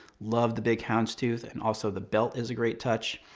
love the big houndstooth, and also the belt is a great touch.